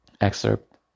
Excerpt